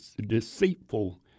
deceitful